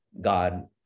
God